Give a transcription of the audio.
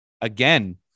again